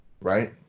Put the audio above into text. right